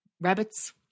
rabbits